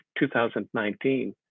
2019